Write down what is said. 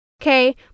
okay